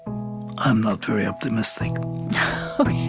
i'm not very optimistic ok